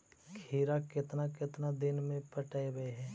खिरा केतना केतना दिन में पटैबए है?